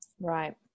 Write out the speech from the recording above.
Right